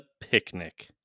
picnic